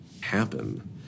happen